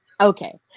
okay